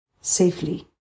safely